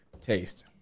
taste